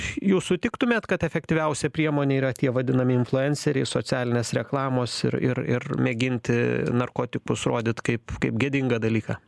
jūs sutiktumėt kad efektyviausia priemonė yra tie vadinami influenceriai socialinės reklamos ir ir ir mėginti narkotikus rodyt kaip kaip gėdingą dalyką